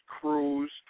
Cruz